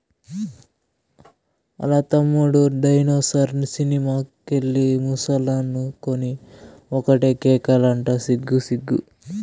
ఆల్ల తమ్ముడు dinosaur cinema కెళ్ళి ముసలనుకొని ఒకటే కేకలంట సిగ్గు సిగ్గు